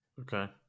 Okay